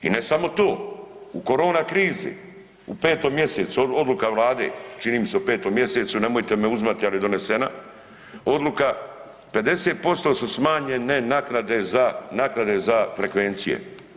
I ne samo to, u korona krizi u 5. mjesecu, odluka vlade čini mi se u 5. mjesecu, nemojte me uzimati, al je donesena odluka 50% su smanjene naknade za, naknade za frekvencije.